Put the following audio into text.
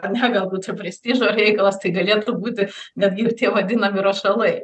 ane galbūt čia prestižo reikalas tai galėtų būti netgi ir tie vadinami rašalai